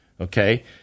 okay